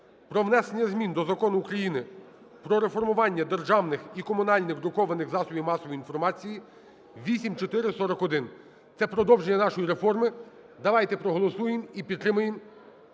про внесення змін до Закону України "Про реформування державних і комунальних друкованих засобів масової інформації" (8441). Це продовження нашої реформи, давайте проголосуємо і підтримаємо